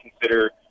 consider